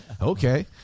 okay